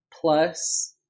plus